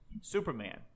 Superman